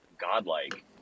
godlike